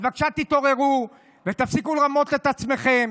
אז בבקשה, תתעוררו ותפסיקו לרמות את עצמכם.